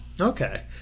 Okay